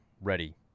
ready